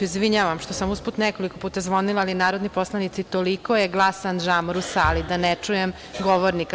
Izvinjavam se, što sam usput nekoliko puta zvonila, ali narodni poslanici toliko je glasan žagor u sali da ne čujem govornika.